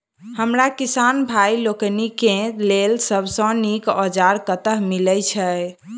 हमरा किसान भाई लोकनि केँ लेल सबसँ नीक औजार कतह मिलै छै?